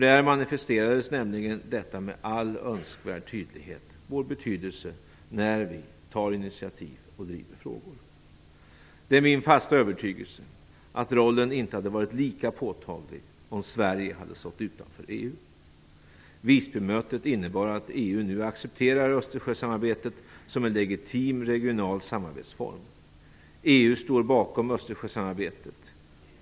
Där manifesterades nämligen vår betydelse när vi tar initiativ och driver frågor med all önskvärd tydlighet. Det är min fasta övertygelse att rollen inte hade varit lika påtaglig om Sverige hade stått utanför EU. Visbymötet innebar att EU nu accepterar Östersjösamarbetet som en legitim regional samarbetsform. EU står bakom Östersjösamarbetet.